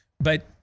But-